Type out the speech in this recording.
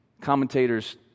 Commentators